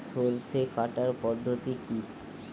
সরষে কাটার পদ্ধতি কি?